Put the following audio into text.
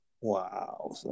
Wow